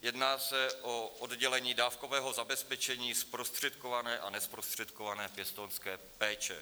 Jedná se o oddělení dávkového zabezpečení zprostředkované a nezprostředkované pěstounské péče.